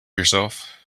yourself